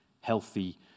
healthy